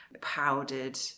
powdered